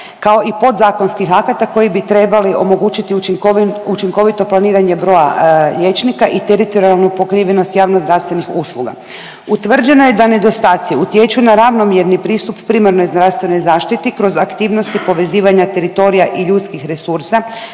kao i podzakonskih akata koji bi trebali omogućiti učinkovito planiranje broja liječnika i teritorijalnu pokrivenost javnozdravstvenih usluga. Utvrđeno je da nedostaci utječu na ravnomjerni pristup primarnoj zdravstvenoj zaštiti kroz aktivnosti povezivanja teritorija i ljudskih resursa